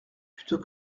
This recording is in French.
plutôt